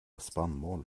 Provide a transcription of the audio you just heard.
spannmål